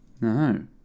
No